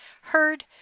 heard